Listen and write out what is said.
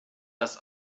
das